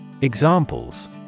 Examples